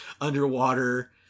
underwater